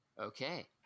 okay